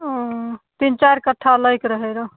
ओ तीन चारि कट्ठा लैके रहए रऽ